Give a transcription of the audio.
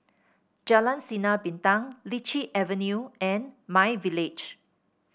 Jalan Sinar Bintang Lichi Avenue and my Village